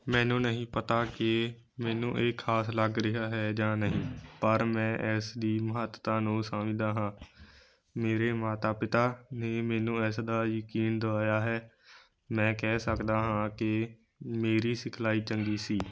ਮੈਨੂੰ ਨਹੀਂ ਪਤਾ ਕਿ ਮੈਨੂੰ ਇਹ ਖ਼ਾਸ ਲੱਗ ਰਿਹਾ ਹੈ ਜਾਂ ਨਹੀਂ ਪਰ ਮੈਂ ਇਸ ਦੀ ਮਹੱਤਤਾ ਨੂੰ ਸਮਝਦਾ ਹਾਂ ਮੇਰੇ ਮਾਤਾ ਪਿਤਾ ਨੇ ਮੈਨੂੰ ਇਸ ਦਾ ਯਕੀਨ ਦਵਾਇਆ ਹੈ ਮੈਂ ਕਹਿ ਸਕਦਾ ਹਾਂ ਕਿ ਮੇਰੀ ਸਿਖਲਾਈ ਚੰਗੀ ਸੀ